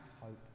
hope